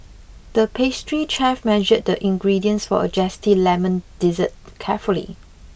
the pastry chef measured the ingredients for a zesty lemon dessert carefully